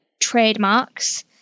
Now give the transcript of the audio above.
trademarks